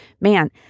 Man